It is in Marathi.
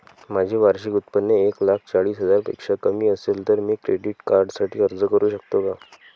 माझे वार्षिक उत्त्पन्न एक लाख चाळीस हजार पेक्षा कमी असेल तर मी क्रेडिट कार्डसाठी अर्ज करु शकतो का?